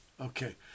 okay